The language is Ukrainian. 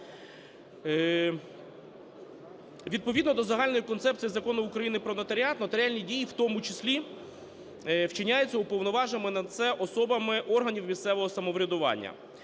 Відповідно до загальної концепції Закону України "Про нотаріат" нотаріальні дії в тому числі вчиняються уповноваженими на це особами органів місцевого самоврядування.